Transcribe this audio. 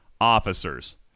officers